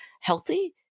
healthy